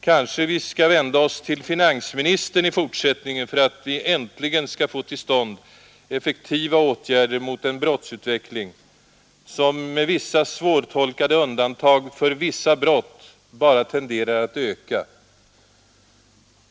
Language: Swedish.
Kanske vi skall vända oss till finansministern i fortsättningen för att vi äntligen skall få till stånd effektiva åtgärder mot en brottsutveckling, som, med vissa svårtolkade undantag för vissa brott, bara tenderar att öka.